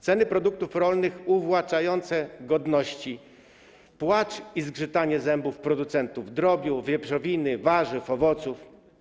Ceny produktów rolnych uwłaczają godności, jest płacz i zgrzytanie zębów producentów drobiu, wieprzowiny, warzyw, owoców.